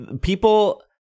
people